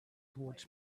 towards